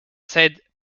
said